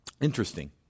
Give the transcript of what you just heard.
Interesting